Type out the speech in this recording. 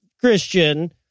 christian